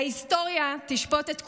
ההיסטוריה תשפוט את כולנו.